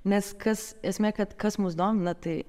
nes kas esmė kad kas mus domina tai